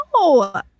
No